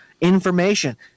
information